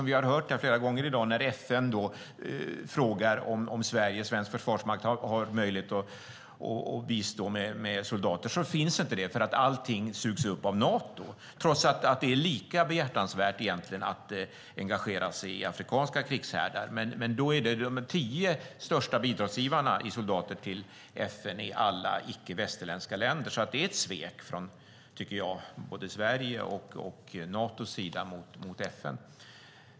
Vi har hört flera gånger i dag att när FN frågar om Sverige och svensk försvarsmakt har möjlighet att bistå med soldater finns inte den möjligheten därför att allting sugs upp av Nato, trots att det är lika behjärtansvärt att engagera sig i afrikanska krigshärdar. De tio största bidragsgivarna i soldater till FN är alla icke västerländska länder, så det är ett svek från både Sveriges och Natos sida mot FN.